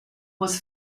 was